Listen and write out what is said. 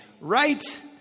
right